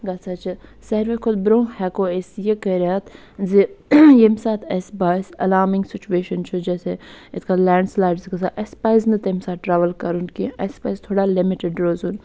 گَژھان چھِ سارِوٕے کھۄتہٕ برٛونٛہہ ہیٚکو أسۍ یہِ کٔرِتھ زِ ییٚمہِ ساتہٕ اَسہِ باسہِ آلارمِنٛگ سُچویشَن چھِ جیسے یِتھٕ کٔنۍ لینٛڈ سٕلایڈس چھِ گَژھان اَسہِ پَزِ نہٕ تَمہِ ساتہٕ ٹرٛاوُل کَرُن کیٚنٛہہ اَسہِ پَزِ تھوڑا لِمِٹِڈ روزُن